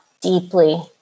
deeply